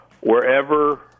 Wherever